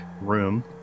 room